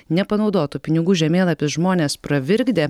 nepanaudotų pinigų žemėlapis žmones pravirkdė